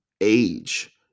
age